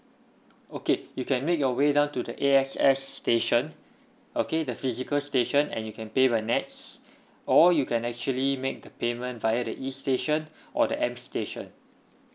okay you can make your way down to the A_X_S station okay the physical station and you can pay by N_E_T_S or you can actually make the payment via the E station or the M station